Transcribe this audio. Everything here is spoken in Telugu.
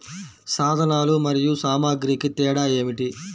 సాధనాలు మరియు సామాగ్రికి తేడా ఏమిటి?